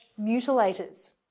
mutilators